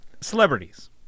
celebrities